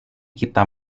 kita